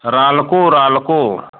Ralco Ralco